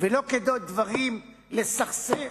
ולא דברים כדי לסכסך.